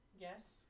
Yes